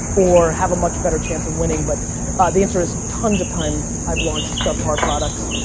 or have a much better chance of winning, but the answer is tons of times i've launched subpar products,